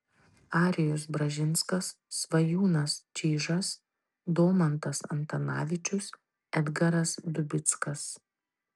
arijus bražinskas svajūnas čyžas domantas antanavičius edgaras dubickas